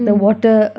mm